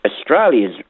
Australia's